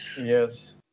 Yes